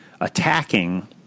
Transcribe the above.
attacking